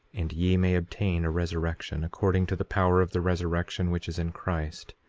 and ye may obtain a resurrection, according to the power of the resurrection which is in christ,